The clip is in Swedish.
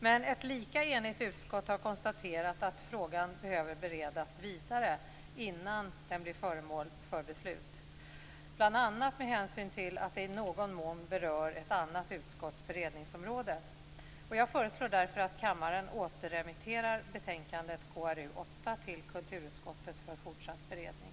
Men ett lika enigt utskott har konstaterat att frågan behöver beredas vidare innan den blir föremål för beslut, bl.a. med hänsyn till att det i någon mån berör ett annat utskotts beredningsområde. Jag föreslår därför att kammaren återremitterar betänkandet KrU8 till kulturutskottet för fortsatt beredning.